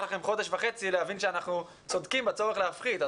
לכם חודש וחצי להבין שאנחנו צודקים בצורך להפחית.